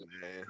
man